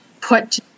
put